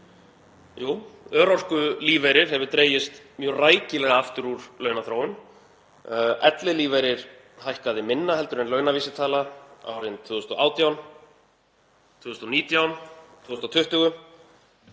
Jú, örorkulífeyrir hefur dregist mjög rækilega aftur úr launaþróun. Ellilífeyrir hækkaði minna en launavísitala árin 2018, 2019, 2020